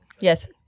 Yes